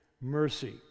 mercy